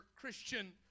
Christian